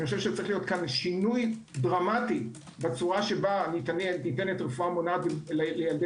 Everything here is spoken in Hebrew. צריך להיות כאן שינוי דרמטי בצורה בה ניתנת רפואה מונעת לילדי